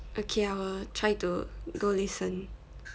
okay I will try to go listen